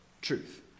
truth